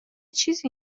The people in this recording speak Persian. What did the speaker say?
چیزی